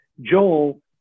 Joel